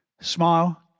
Smile